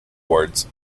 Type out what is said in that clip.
awards